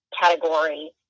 category